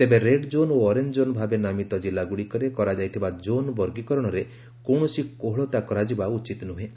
ତେବେ red zone ଓ orange zone ଭାବେ ନାମିତ କିଲ୍ଲାଗୁଡ଼ିକରେ କରାଯାଇଥିବା କ୍ଷୋନ୍ ବର୍ଗିକରଣରେ କୌଣସି କୋହଳତା କରାଯିବା ଉଚିତ୍ ନୁହେଁ